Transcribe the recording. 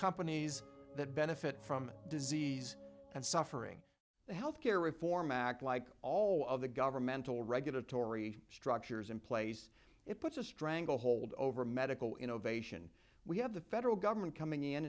companies that benefit from disease and suffering the health care reform act like all of the governmental regulatory structures in place it puts a stranglehold over medical innovation we have the federal government coming in